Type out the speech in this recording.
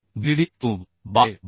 bd cube by 12